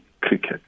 cricket